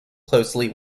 closely